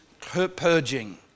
purging